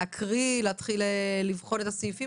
להתחיל לבחון את הסעיפים,